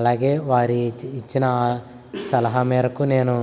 అలాగే వారు ఇచ్చిన సలహా మేరకు నేను